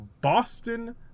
Boston